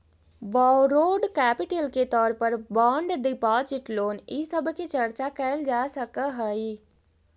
borrowed capital के तौर पर बॉन्ड डिपाजिट लोन इ सब के चर्चा कैल जा सकऽ हई